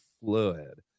fluid